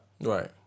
Right